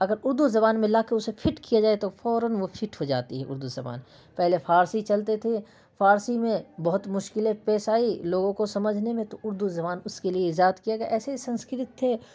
اگر اردو زبان میں لا کر اس كو فٹ كیا جائے تو فوراً وہ فٹ ہو جاتی ہے اردو زبان پہلے فارسی چلتی تھی فارسی میں بہت مشکلیں پیش آئی لوگوں کو سمجھنے میں تو اردو زبان اس کے لیے ایجاد کیا گیا ایسے ہی سنسکرت تھے